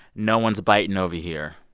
no one's biting over here.